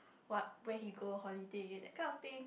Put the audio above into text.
what where he go holiday that kind of thing